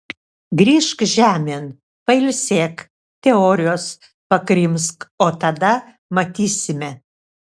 grįžk žemėn pailsėk teorijos pakrimsk o tada matysime